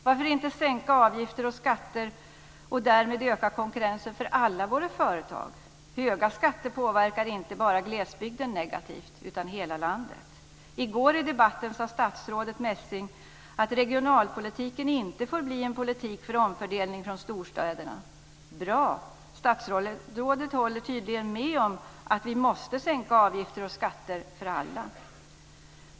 Varför inte sänka avgifter och skatter och därmed öka konkurrensen för alla våra företag. Höga skatter påverkar inte bara glesbygden negativt, utan hela landet. I går i debatten sade statsrådet Messing att regionalpolitiken inte får bli en politik för omfördelning från storstäderna. Bra! Statsrådet håller tydligen med om att vi måste sänka avgifter och skatter för alla.